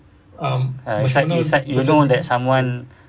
ya it's like it's like someone